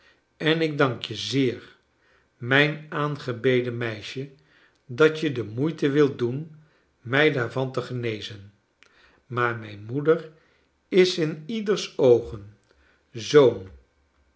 en ik dank je zecr mijn aangebeden meisje dat je de moeite wilt doen mij daarvan te genezen maar mijn moeder is in ieders oogen zoo'n